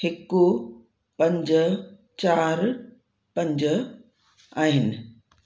हिकु पंज चारि पंज आहिनि